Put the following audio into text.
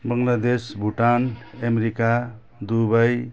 Bangladesh Bhutan America Dubai